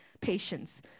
patience